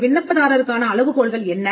ஒரு விண்ணப்பதாரருக்கான அளவுகோல்கள் என்ன